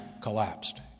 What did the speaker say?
collapsed